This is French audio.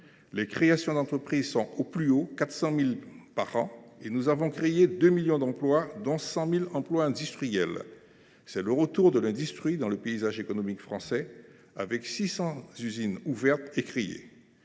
Les créations d’entreprises sont au plus haut – 400 000 par an – et nous avons créé 2 millions d’emplois, dont 100 000 emplois industriels. Nous assistons au retour de l’industrie dans le paysage économique français, avec six cents usines ouvertes.